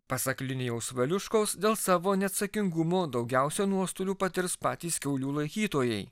pasak linijaus valiuškos dėl savo neatsakingumo daugiausia nuostolių patirs patys kiaulių laikytojai